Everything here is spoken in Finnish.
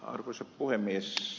arvoisa puhemies